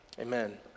Amen